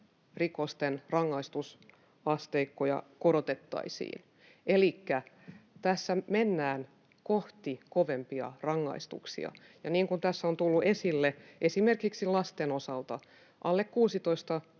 rikosten rangaistusasteikkoja korotettaisiin, elikkä tässä mennään kohti kovempia rangaistuksia. Ja niin kuin tässä on tullut esille, esimerkiksi lasten osalta alle